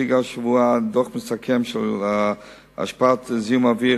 הציגה השבוע דוח מסכם של השפעת זיהום האוויר